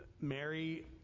Mary